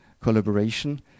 collaboration